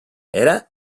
era